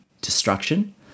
destruction